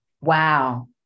Wow